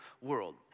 world